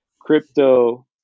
crypto